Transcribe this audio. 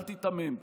אל תיתמם.